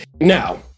Now